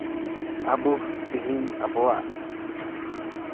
ᱟᱵᱚ ᱛᱮᱦᱮᱧ ᱟᱵᱚᱣᱟᱜ